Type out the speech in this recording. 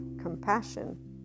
compassion